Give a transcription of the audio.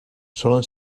solen